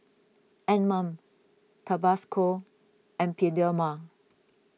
Anmum Tabasco and Bioderma